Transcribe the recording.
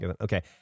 Okay